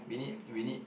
we need we need